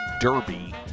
Derby